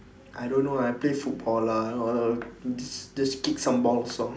I don't know I play football lah uh just just kick some balls lor